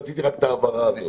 רציתי לומר רק את ההבהרה הזאת.